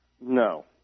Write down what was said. No